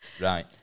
Right